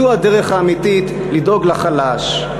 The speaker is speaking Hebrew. זו הדרך האמיתית לדאוג לחלש,